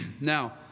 Now